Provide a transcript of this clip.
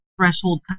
threshold